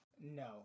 No